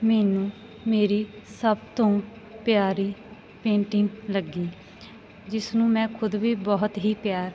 ਮੈਨੂੰ ਮੇਰੀ ਸਭ ਤੋਂ ਪਿਆਰੀ ਪੇਂਟਿੰਗ ਲੱਗੀ ਜਿਸ ਨੂੰ ਮੈਂ ਖੁਦ ਵੀ ਬਹੁਤ ਹੀ ਪਿਆਰ